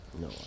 no